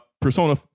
Persona